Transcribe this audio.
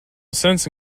sense